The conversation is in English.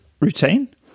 routine